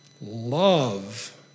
Love